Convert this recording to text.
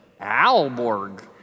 Alborg